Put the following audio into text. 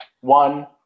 one